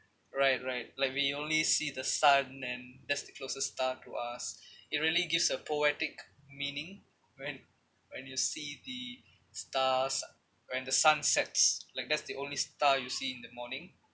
right right like we only see the sun and that's the closest star to us it really gives a poetic meaning when when you see the stars when the sun sets like that's the only star you see in the morning